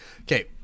Okay